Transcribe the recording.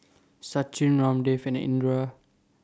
Sachin Ramdev and Indira